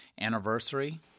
Anniversary